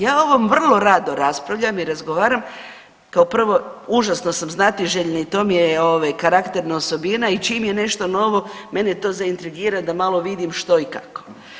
Ja o ovom vrlo rado raspravljam i razgovaram, kao prvo užasno sam znatiželjna i to mi je ovaj karakterna osobina i čim je nešto novo mene to zaintrigira da malo vidim što i kako.